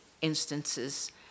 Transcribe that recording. instances